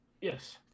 Yes